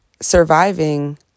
Surviving